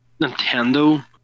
Nintendo